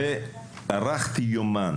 ערכתי יומן